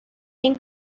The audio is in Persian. این